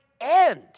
end